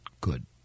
good